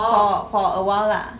for for a while lah